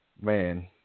man